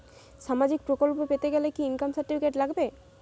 সামাজীক প্রকল্প পেতে গেলে কি ইনকাম সার্টিফিকেট লাগবে?